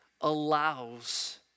allows